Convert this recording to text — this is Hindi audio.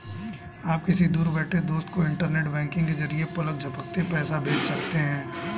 आप किसी दूर बैठे दोस्त को इन्टरनेट बैंकिंग के जरिये पलक झपकते पैसा भेज सकते हैं